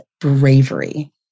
bravery